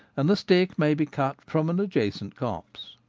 and the stick may be cut from an adjacent copse.